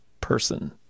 person